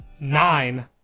Nine